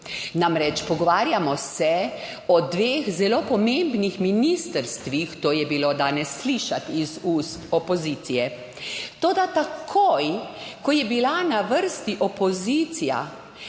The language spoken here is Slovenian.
Namreč pogovarjamo se o dveh zelo pomembnih ministrstvih, to je bilo danes slišati iz ust opozicije, toda takoj, ko je bila na vrsti opozicija,